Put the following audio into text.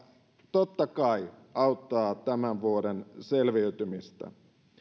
totta kai auttaa tämän vuoden selviytymistä puhemies